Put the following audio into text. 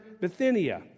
Bithynia